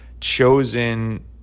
chosen